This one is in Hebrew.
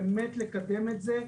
באמת לקדם את זה,